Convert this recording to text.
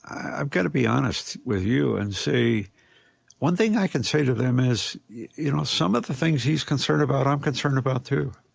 i've got to be honest with you and say one thing i can say to them is, you know, some of the things he's concerned about, i'm concerned about too.